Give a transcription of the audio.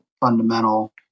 fundamental